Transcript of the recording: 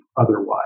otherwise